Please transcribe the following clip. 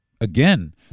Again